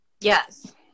Yes